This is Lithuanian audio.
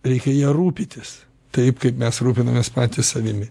reikia ja rūpintis taip kaip mes rūpinamės patys savimi